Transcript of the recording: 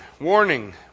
warning